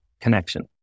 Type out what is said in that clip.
connection